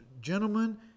gentlemen